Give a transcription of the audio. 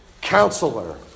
counselor